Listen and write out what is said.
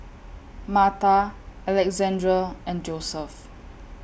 Marta Alexandre and Joseph